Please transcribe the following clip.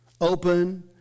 open